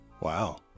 wow